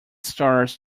stars